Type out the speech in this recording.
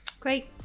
Great